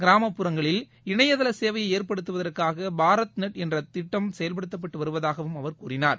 கிராமப் புறங்களில் இணையதள சேவையை ஏற்படுத்துவதற்னக பாரத் பநெட் என்ற திட்டம் செயல்படுத்தப்பட்டு வருவதாகவும் அவர் கூறினார்